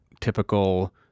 typical